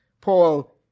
Paul